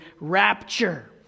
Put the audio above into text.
rapture